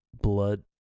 blood